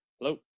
hello